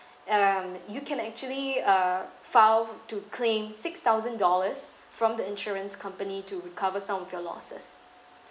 um you can actually uh file to claim six thousand dollars from the insurance company to recover some of your losses